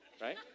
right